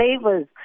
flavors